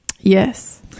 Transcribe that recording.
Yes